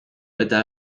eta